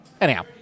anyhow